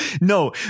no